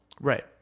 right